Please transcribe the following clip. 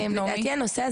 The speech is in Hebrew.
אני לא הייתי ספציפית,